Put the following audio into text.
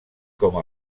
com